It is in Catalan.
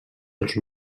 els